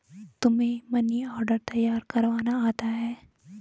तुम्हें money order तैयार करवाना आता है?